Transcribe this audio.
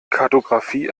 kartographie